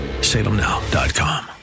Salemnow.com